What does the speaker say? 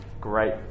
great